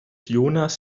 jonas